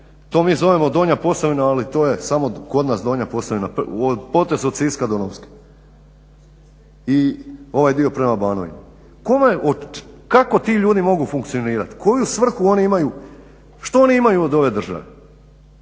to mi zovemo Donja Posavina ali to je samo kod nas Donja Posavina, potez od Siska do Novske i ovaj dio prema Banovini. Kako ti ljudi mogu funkcionirati? Koju svrhu oni imaju, što oni imaju od ove države?